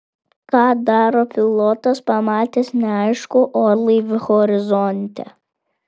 ką daro pilotas pamatęs neaiškų orlaivį horizonte